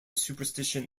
superstition